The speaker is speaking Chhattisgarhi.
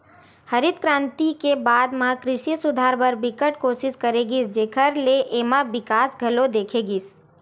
हरित करांति के बाद म कृषि सुधार बर बिकट कोसिस करे गिस जेखर ले एमा बिकास घलो देखे गिस